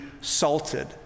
salted